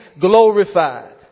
glorified